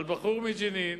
בחור מג'נין